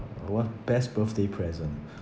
what best birthday present